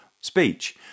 speech